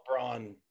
LeBron